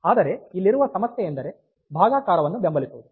ಆದರೆ ಇಲ್ಲಿರುವ ಸಮಸ್ಯೆಯೆಂದರೆ ಭಾಗಾಕಾರವನ್ನು ಬೆಂಬಲಿಸುವುದು